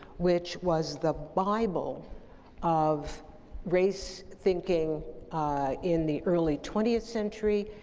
which was the bible of race thinking in the early twentieth century,